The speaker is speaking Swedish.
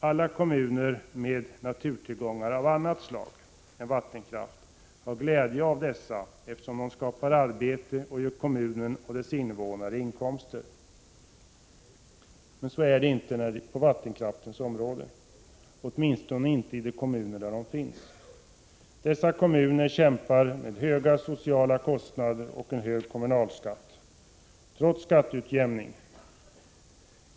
Alla kommuner med naturtillgångar av annat slag än vattenkraft har glädje av dessa, eftersom de skapar arbete och ger kommunen och dess invånare inkomster. Men så är det alltså inte på vattenkraftens område — åtminstone inte i de kommuner där vattenkraftstillgångarna finns. Dessa kommuner kämpar med höga sociala kostnader och en hög kommunalskatt, trots skatteutjämning.